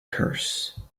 curse